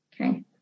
okay